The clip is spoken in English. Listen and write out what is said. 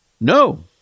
No